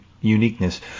uniqueness